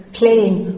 playing